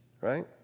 Right